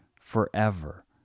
forever